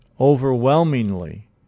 Overwhelmingly